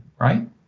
right